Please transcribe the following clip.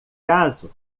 caso